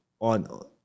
on